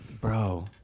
bro